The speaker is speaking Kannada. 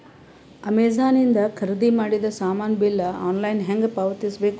ಅಮೆಝಾನ ಇಂದ ಖರೀದಿದ ಮಾಡಿದ ಸಾಮಾನ ಬಿಲ್ ಆನ್ಲೈನ್ ಹೆಂಗ್ ಪಾವತಿಸ ಬೇಕು?